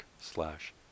slash